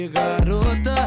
garota